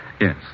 Yes